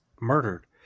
murdered